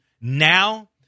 now –